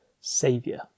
saviour